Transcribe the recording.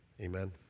amen